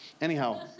Anyhow